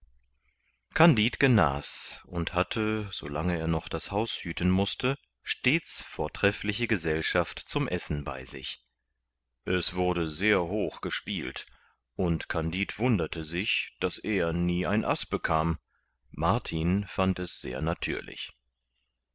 kandid genas und hatte so lange er noch das haus hüten mußte stets vortreffliche gesellschaft zum essen bei sich es wurde sehr hoch gespielt und kandid wunderte sich daß er nie ein as bekam martin fand es sehr natürlich